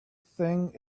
thing